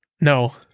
No